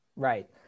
Right